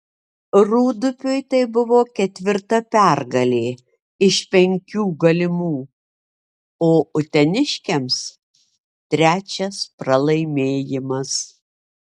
rūdupiui tai buvo ketvirta pergalė iš penkių galimų o uteniškiams trečias pralaimėjimas